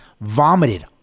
vomited